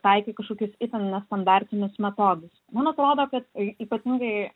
taikė kažkokius itin nestandartinius metodus man atrodo kad ypatingai